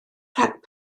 rhag